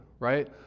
right